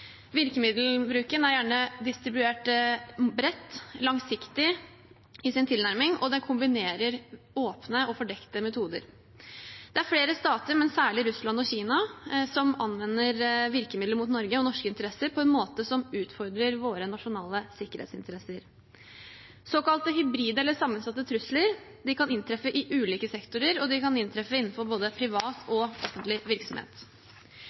Virkemiddelbruken er gjerne distribuert bredt og langsiktig i sin tilnærming, og den kombinerer åpne og fordekte metoder. Det er flere stater, men særlig Russland og Kina, som anvender virkemidler mot Norge og norske interesser på en måte som utfordrer våre nasjonale sikkerhetsinteresser. Såkalte hybride eller sammensatte trusler kan inntreffe i ulike sektorer, og de kan inntreffe både i privat og offentlig virksomhet.